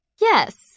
Yes